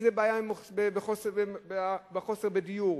אם בעיה של חוסר דיור,